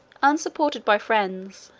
unsupported by friends,